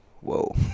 whoa